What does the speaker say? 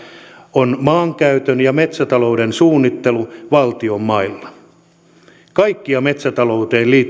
on maankäytön ja metsätalouden suunnittelu valtion mailla kaikki metsätalouteen